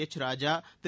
egg Raja Thiru